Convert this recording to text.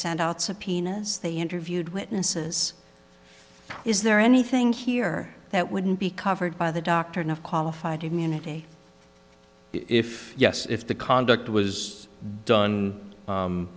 sent out subpoenas they interviewed witnesses is there anything here that wouldn't be covered by the doctrine of qualified immunity if yes if the conduct was done